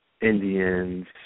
Indians